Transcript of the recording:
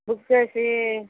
book చేసి